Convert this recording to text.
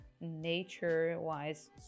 nature-wise